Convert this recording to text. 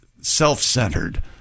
self-centered